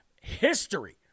history